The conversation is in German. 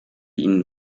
ihnen